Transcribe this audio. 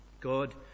God